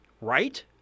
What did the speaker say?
right